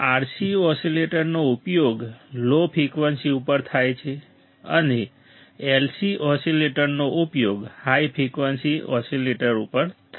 RC ઓસિલેટરનો ઉપયોગ low frequency ઉપર થાય છે અને LC ઓસિલેટરનો ઉપયોગ હાઈ ફ્રિકવન્સી ઓસિલેટર ઉપર થાય છે